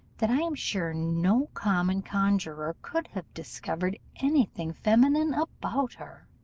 that i am sure no common conjuror could have discovered any thing feminine about her.